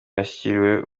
yashyiriweho